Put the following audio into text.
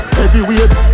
heavyweight